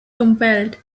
compelled